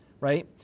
right